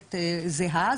נשארת זהה,